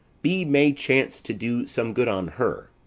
be may chance to do some good on her.